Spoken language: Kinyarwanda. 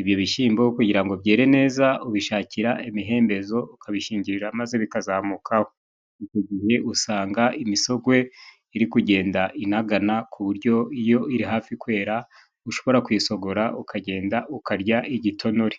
ibyo bishyimbo kugira ngo byere neza ubishakira ibihembezo ukabishingirira maze bikazamuka icyo gihe usanga imisogwe iri kugenda inagana ku buryo iyo iri hafi kwera ushobora kuyisogora ukagenda ukarya igitonore.